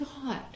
God